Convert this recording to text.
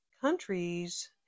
countries